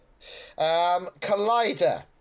Collider